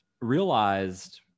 realized